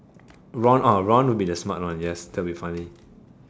Ron orh Ron would be the smart one yes that would be funny